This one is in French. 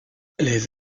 les